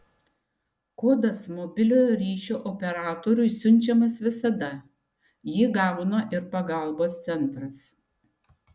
kodas mobiliojo ryšio operatoriui siunčiamas visada jį gauna ir pagalbos centras